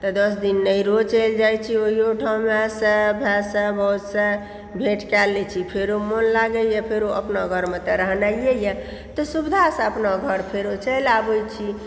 तऽ दस दिन नैहरो चलि जाइत छी ओहियोठाम मायसँ भायसँ भाउजसँ भेट कए लेइ छी फेरो मन लागयए फेरो अपना घरमे तऽ रहनाइए तऽ सुविधासँ अपना घर फेरो चलि आबैत छी